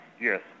yes